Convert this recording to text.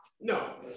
No